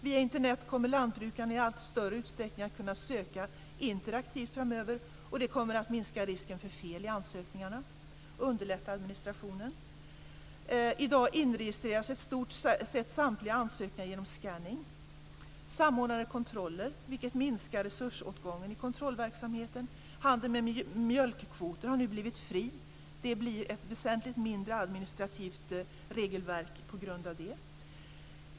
Via Internet kommer lantbrukarna i allt större utsträckning att kunna söka interaktivt framöver, och det kommer att minska risken för fel i ansökningarna och underlätta administrationen. I dag inregistreras i stort sätt samtliga ansökningar genom scanning. Samordnade kontroller minskar resursåtgången i kontrollverksamheten. Handeln med mjölkkvoter har nu blivit fri. Det blir ett väsentligt mindre administrativt regelverk på grund av det.